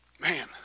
Man